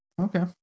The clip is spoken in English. Okay